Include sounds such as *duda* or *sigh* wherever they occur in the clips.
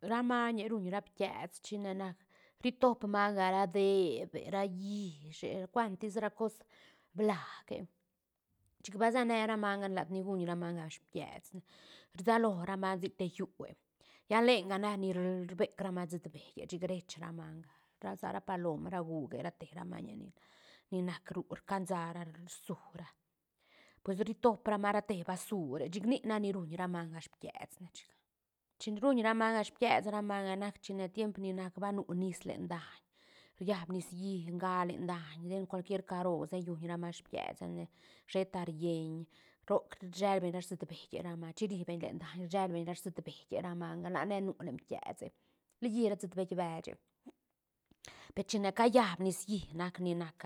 ra mañe ruñ ra pties chine nac ri top manga ra debe ra llishe cuantis ra cos blaje chic ba se ne ra manga lat ni guñ ra manga pties ne rsalo ra manga sic te llúe, lla lenga nac ni rbec ra manga sutbeïe chic rech ra manga sa ra palom ra guge ra te ra mañe ni- ni nac ru rcansa ra rsu ra, pues ritop ra manga rate basure chic nic ni ruñ ra manga pties ne chic, chin ruñ ra manga pties ra manga nac chine tiemp ni nac ba nu nis len daiñ riab nicií rga len daiñ den cual quier caro se guñ ra manga ptiese ne sheta rien roc rshel beñ ra sutbeï ra manga, chin ri beñ len daiñ rshel beñ ra sutbeïe ra manga lane nu len ptiese liyi ra sutbeï beche, pe chine ca llab nicií nac ni nac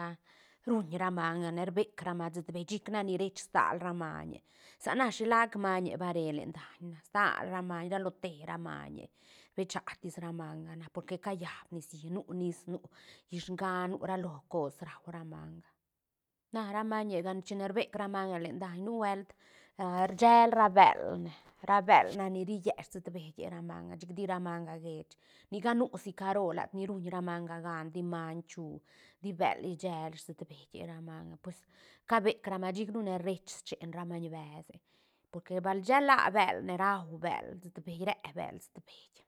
*duda* ruñ ra manga ne rbec ra manga sutbeï chic nac ni rech stal ra mañe sa na shilac mañe ba re len daiñ na stal ra maiñ ralo te ra maiñe rbecha tis ra manga na porque callab nicií nu nis nu llish nga nu ralo cos rau ra manga, na ra meñega chine rbec ra manga len daiñ nubuelt *duda* rshel ra bël, ra bël nac ni rille sutbeïe ra manga chic tira manga gech nica nu si caro lat ni ruñ ra manga gan ti maiñ chu ti bël shel sutbeïe ra manga pues cabec ra manga chic ru ne rech chen ra maiñ bese, porque bal shela bël ne rau bël sutbeï re bël sutbeï